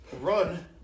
run